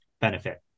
benefit